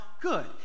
Good